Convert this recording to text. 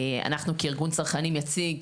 אנחנו כארגון צרכנים יציג,